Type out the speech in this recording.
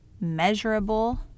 Measurable